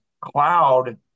cloud